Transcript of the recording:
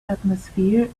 atmosphere